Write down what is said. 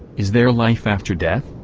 is there life after death?